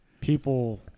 People